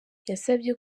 yasabye